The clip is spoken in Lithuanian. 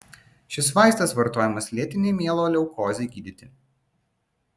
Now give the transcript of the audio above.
šis vaistas vartojamas lėtinei mieloleukozei gydyti